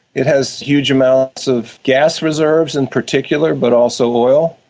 it has huge amounts of gas reserves in particular but also oil.